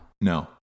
No